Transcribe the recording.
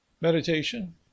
Meditation